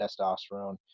testosterone